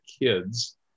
kids